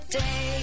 day